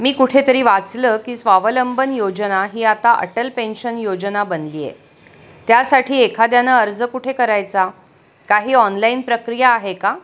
मी कुठे तरी वाचलं की स्वावलंबन योजना ही आता अटल पेन्शन योजना बनली आहे त्यासाठी एखाद्यानं अर्ज कुठे करायचा काही ऑनलाईन प्रक्रिया आहे का